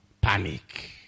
panic